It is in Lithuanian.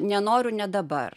nenoriu ne dabar